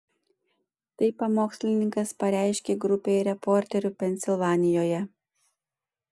tai pamokslininkas pareiškė grupei reporterių pensilvanijoje